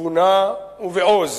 בתבונה ובעוז